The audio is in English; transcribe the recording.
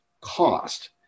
cost